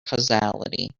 causality